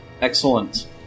Excellent